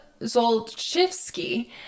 Zolchivsky